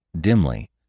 Dimly